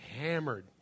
hammered